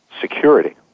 security